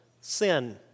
sin